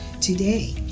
today